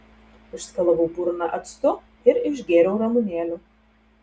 išskalavau burną actu ir išgėriau ramunėlių